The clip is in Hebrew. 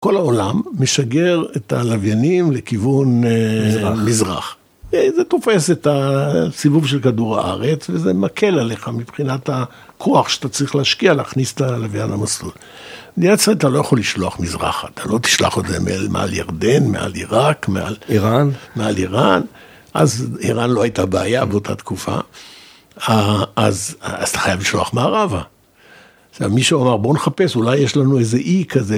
כל העולם משגר את הלוויינים לכיוון מזרח. זה תופס את הסיבוב של כדור הארץ, וזה מקל עליך מבחינת הכוח שאתה צריך להשקיע להכניס את הלוויין למסלול. בנייצר אתה לא יכול לשלוח מזרח, אתה לא תשלח את זה מעל ירדן, מעל עיראק, מעל איראן. אז איראן לא הייתה בעיה באותה תקופה, אז אתה חייב לשלוח מערבה. מישהו אמר בוא נחפש, אולי יש לנו איזה אי כזה.